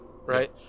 right